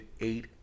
eight